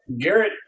Garrett